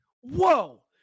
whoa